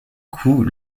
coup